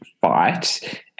fight